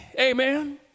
Amen